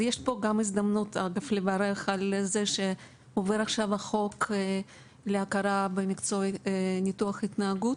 יש פה הזדמנות לברך על זה שעובר עכשיו החוק להכרה במקצוע ניתוח התנהגות,